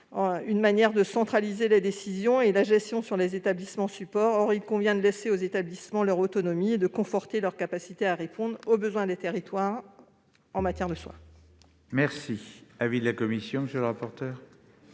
une manière de centraliser les décisions et la gestion relatives aux établissements support. Or il convient de préserver leur autonomie et de conforter leur capacité à répondre aux besoins des territoires en matière de soins.